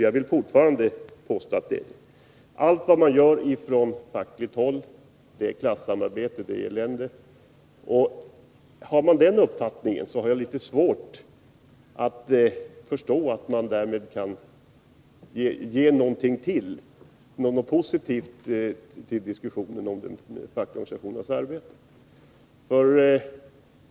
Jag vill fortfarande påstå att det är sådana han gör. Allt vad man gör från fackligt håll är klassamarbete och elände, anser Lars-Ove Hagberg. Jag har litet svårt att förstå att man, om man har den uppfattningen, därmed kan ge något positivt till diskussionen om de fackliga organisationernas arbete.